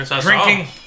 Drinking